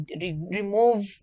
remove